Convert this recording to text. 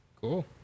Cool